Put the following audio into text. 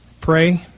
pray